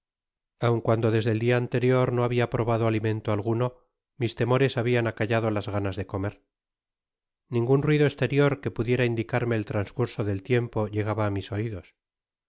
aun cuando desde el dia anterior no habia probado alimento alguno mis temores habian acallado las ganas de comer ningun ruido esterior que pudiera indicarme el transcurso del tiempo llegaba á mis oidos